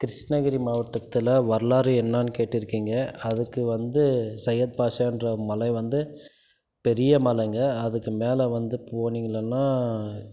கிருஷ்ணகிரி மாவட்டத்தில் வரலாறு என்னன்னு கேட்டிருக்கீங்க அதுக்கு வந்து சையத் பாஷான்ற மலை வந்து பெரிய மலைங்க அதுக்கு மேலே வந்து போனிங்கலைன்னா